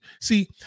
see